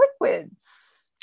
liquids